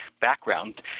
background